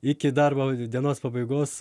iki darbo dienos pabaigos